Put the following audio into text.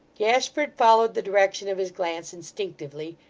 gashford followed the direction of his glance instinctively,